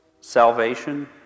salvation